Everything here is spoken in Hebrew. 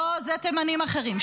לא, זה תימנים אחרים.